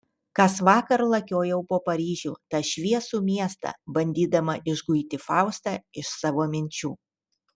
kasvakar lakiojau po paryžių tą šviesų miestą bandydama išguiti faustą iš savo minčių